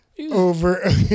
over